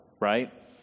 right